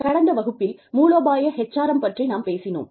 கடந்த வகுப்பில் மூலோபாய HRM பற்றி நாம் பேசினோம்